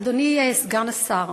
אדוני סגן השר,